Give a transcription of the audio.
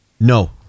No